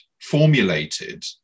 formulated